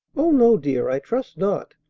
oh, no, dear! i trust not.